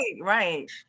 right